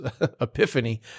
epiphany